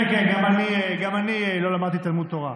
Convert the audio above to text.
כן, כן, גם אני לא למדתי תלמוד תורה.